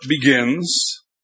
begins